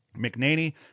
McNaney